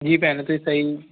ਜੀ ਭੈਣ ਤੁਸੀਂ ਸਹੀ